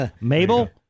Mabel